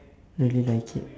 really like it